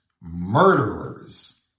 murderers